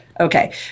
Okay